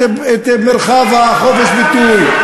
את מרחב חופש הביטוי,